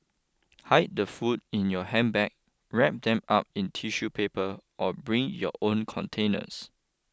hide the food in your handbag wrap them up in tissue paper or bring your own containers